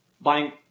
buying